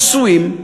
נשואים,